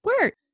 work